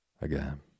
Again